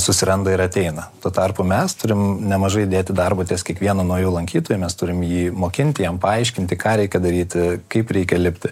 susiranda ir ateina tuo tarpu mes turim nemažai įdėti darbo ties kiekvienu nauju lankytoju mes turim jį mokinti jam paaiškinti ką reikia daryti kaip reikia lipti